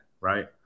right